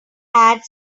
add